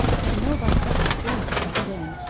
i know by several proofs that then,